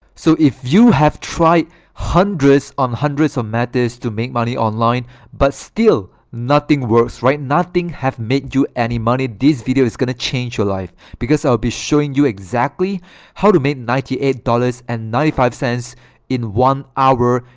so if you have tried hundreds on hundreds of methods to make money online but still nothing works right? nothing have made you any money this video is gonna change your life because i'll be showing you exactly how to make ninety eight dollars and ninety five cents in one hour.